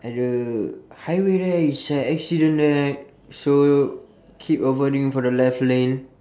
at the highway there is a accident there so keep avoiding for the left lane